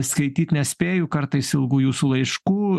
skaityt nespėju kartais ilgų jūsų laiškų